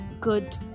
good